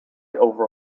over